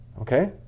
okay